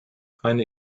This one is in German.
eine